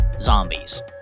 zombies